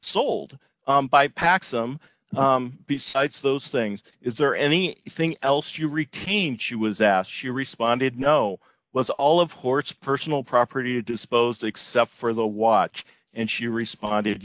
sold by pack some of those things is there any thing else you retain she was asked she responded no was all of horse personal property disposed except for the watch and she responded